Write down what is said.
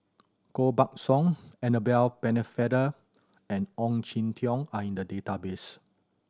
Koh Buck Song Annabel Pennefather and Ong Jin Teong are in the database